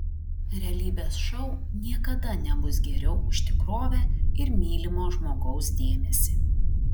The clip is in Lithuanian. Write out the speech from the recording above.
realybės šou niekada nebus geriau už tikrovę ir mylimo žmogaus dėmesį